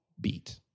beat